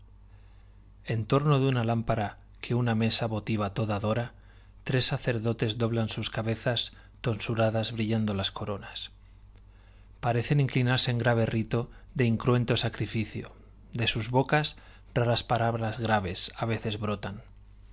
en torno de una lámpara que una mesa votiva toda dora tres sacerdotes doblan sus cabezas tonsuradas brillando las coronas parecen inclinarse en grave rito de incruento sacrificio de sus bocas raras palabras graves á veces brotan